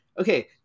okay